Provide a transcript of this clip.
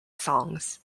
songs